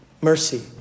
mercy